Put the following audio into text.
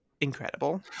incredible